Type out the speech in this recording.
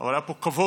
אבל היה פה כבוד